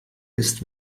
ist